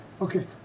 Okay